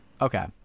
Okay